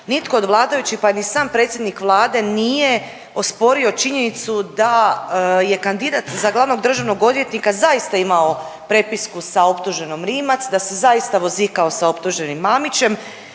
nitko od vladajućih, pa ni sam predsjednik Vlade nije osporio činjenicu da je kandidat za glavnog državnog odvjetnika zaista imao prepisku sa optuženom Rimac, da se zaista vozikao sa optuženim Mamićem.